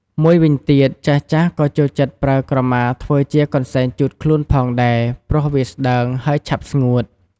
មួយវិញទៀត ចាស់ៗក៏ចូលចិត្តប្រើក្រមាធ្វើជាកន្សែងជូតខ្លួនផងដែរ ព្រោះវាស្ដើង ហើយឆាប់ស្ងួត។